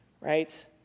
right